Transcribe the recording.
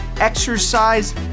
exercise